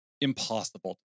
impossible